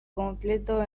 completo